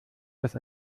das